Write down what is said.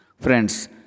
Friends